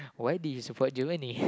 why did you support Germany